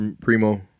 primo